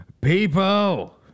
people